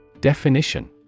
Definition